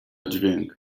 dźwięk